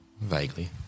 Vaguely